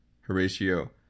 Horatio